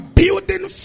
building